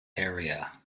area